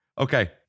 Okay